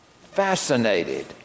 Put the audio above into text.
fascinated